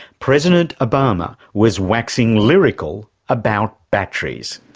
president obama was waxing lyrical about batteries.